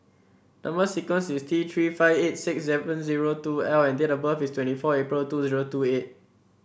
number sequence is T Three five eight six seven zero two L and date of birth is twenty four April two zero two eight